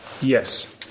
Yes